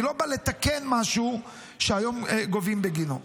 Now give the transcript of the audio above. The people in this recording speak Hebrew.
אני לא בא לתקן משהו שהיום גובים בגינו.